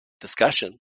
discussion